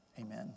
Amen